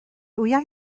wyau